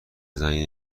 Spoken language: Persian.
زنگ